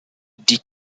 die